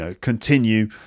continue